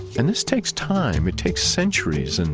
and this takes time. it takes centuries. and